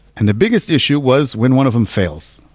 and the biggest issue was when one of them fails.